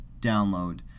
download